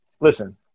listen